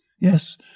Yes